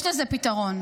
יש לזה פתרון.